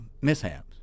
mishaps